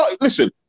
Listen